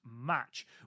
match